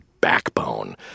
backbone